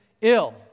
ill